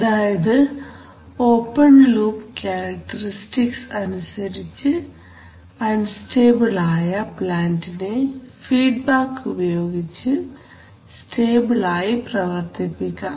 അതായത് open loop characteristics അനുസരിച്ച് unstable ആയ പ്ലാന്റിനെ ഫീഡ്ബാക്ക് ഉപയോഗിച്ച് സ്റ്റേബിൾ ആയി പ്രവർത്തിപ്പിക്കാം